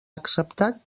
acceptat